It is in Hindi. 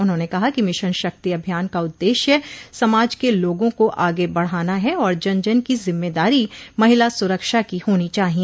उन्होंने कहा कि मिशन शक्ति अभियान का उददेश्य समाज के लोगों को आगे बढ़ाना है और जन जन की जिम्मेदारी महिला सुरक्षा की होनी चाहिए